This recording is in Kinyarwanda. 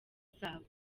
zabo